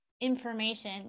information